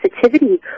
sensitivity